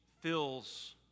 fills